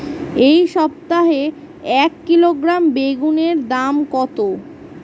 এই সপ্তাহে এক কিলোগ্রাম বেগুন এর দাম কত?